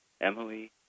Emily